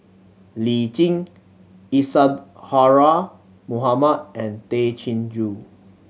Lee Tjin Isadhora Mohamed and Tay Chin Joo